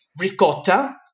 ricotta